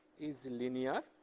is linear